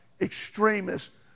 extremists